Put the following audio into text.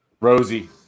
Rosie